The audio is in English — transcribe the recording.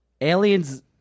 aliens